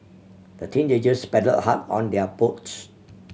the teenagers paddled hard on their boat